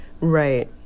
Right